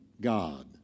God